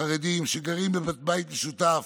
חרדים, שגרים בבית משותף,